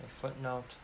footnote